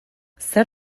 zer